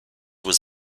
was